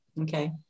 Okay